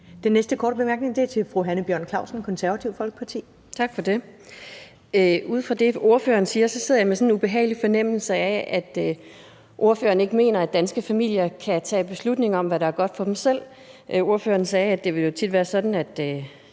Den næste korte bemærkning er til fru Hanne Bjørn-Klausen, Det Konservative Folkeparti. Kl. 16:52 Hanne Bjørn-Klausen (KF): Tak for det. Ud fra det, ordføreren siger, sidder jeg med sådan en ubehagelig fornemmelse af, at ordføreren ikke mener, at danske familier kan tage beslutninger om, hvad der er godt for dem selv. Ordføreren sagde, at det jo tit vil være sådan, at